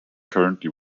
currently